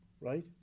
right